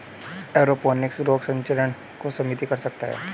aeroponics रोग संचरण को सीमित कर सकता है